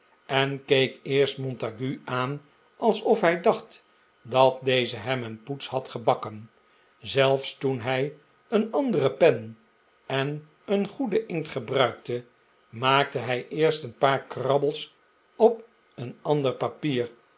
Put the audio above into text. en keek eerst montague aan alsof hij dacht dat deze hem een poets had gebakken zelfs toen hij een andere pen en den goeden inkt gebruikte maakte hij eerst een paar krabbels op een ander papier